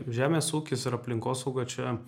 žemės ūkis ir aplinkosauga čia